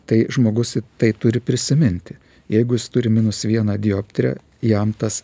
tai žmogus tai turi prisiminti jeigu jis turi minus vieną dioptriją jam tas